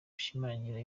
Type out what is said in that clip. bishimangira